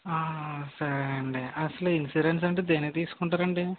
సరేండి అసలు ఇన్సూరెన్స్ అంటే దేనికి తీసుకుంటారండి